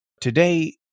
Today